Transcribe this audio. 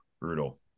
Brutal